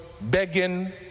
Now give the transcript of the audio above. begging